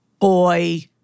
boy